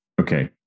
okay